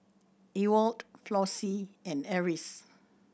Ewald Flossie and Eris